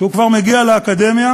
כשהוא כבר מגיע לאקדמיה